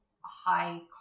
high